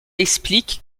explique